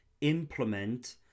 implement